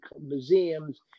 museums